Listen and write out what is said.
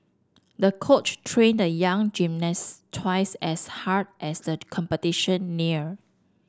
the coach trained the young gymnast twice as hard as the competition neared